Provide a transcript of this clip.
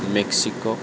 Mexico